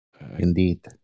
Indeed